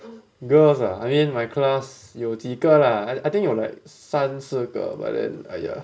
girls ah I mean my class 有几个 lah I think 有 like 三四个 but then !aiya!